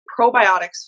probiotics